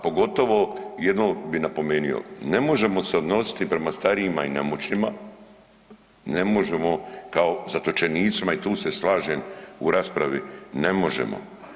Pogotovo bi jedno napomenuo, ne možemo se odnositi prema starijima i nemoćnima, ne možemo kao zatočenicima i tu se slažem u raspravi, ne možemo.